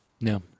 No